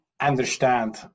understand